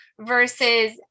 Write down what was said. versus